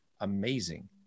amazing